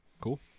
Cool